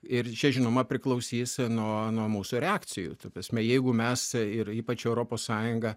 ir čia žinoma priklausys nuo nuo mūsų reakcijų ta prasme jeigu mes ir ypač europos sąjunga